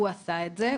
הוא עשה את זה,